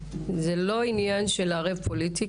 זה לא עניין של לא לערב פוליטיקה,